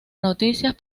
noticias